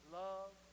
love